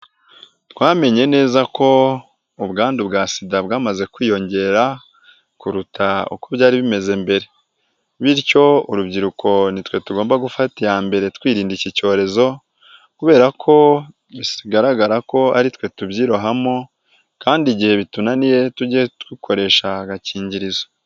Twamenye neza ko ubwandu bwa Sida bwamaze kwiyongera, kuruta uko byari bimeze mbere bityo urubyiruko nitwe tugomba gufata iya mbere twirinda iki cyorezo kubera ko bigaragara ko ari twe tubyirohamo kandi igihe bitunaniye tujye dukoresha agakingirizo.